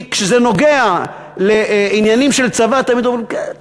כי כשזה נוגע לעניינים של צבא תמיד אומרים: כן,